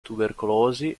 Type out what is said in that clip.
tubercolosi